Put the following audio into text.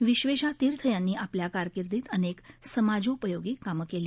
विव्वेषा तीर्थ यांनी आपल्या कारकिर्दित अनेक समाज उपयोगी कामं केली